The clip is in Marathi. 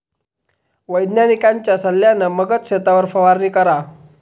वैज्ञानिकांच्या सल्ल्यान मगच शेतावर फवारणी करा